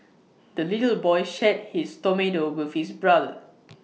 the little boy shared his tomato with his brother